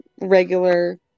regular